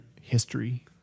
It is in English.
history